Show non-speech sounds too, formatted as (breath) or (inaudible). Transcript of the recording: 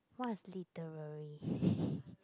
what is literary (breath)